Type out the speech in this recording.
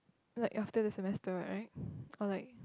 like after the semester right or like